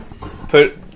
put